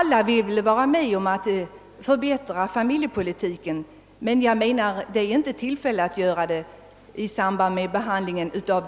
Alla vill vi väl vara med om att förbättra familjepolitiken, men enligt min mening är det inte rätta tillfället att göra det i samband med behandlingen av denna fråga.